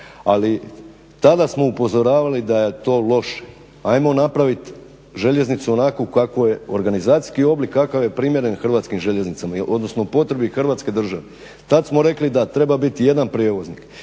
Ali tada smo upozoravali da je to loše. Ajmo napraviti željeznicu onako kako je organizacijski oblik kakav je primjeren hrvatskim željeznicama, odnosno potrebi Hrvatske države. Tad smo rekli da treba biti jedan prijevoznik